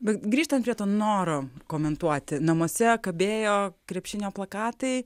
bet grįžtant prie to noro komentuoti namuose kabėjo krepšinio plakatai